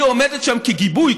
היא עומדת שם כגיבוי.